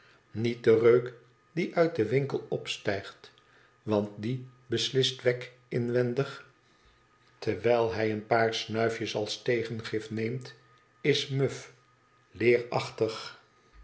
niet de reok die uit den winkel opstijgt i want die llist wegg inwendig jl hij een paar snuifjes als tegengif neemt ia mui